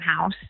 House